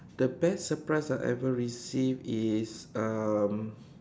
the best surprise I ever received is um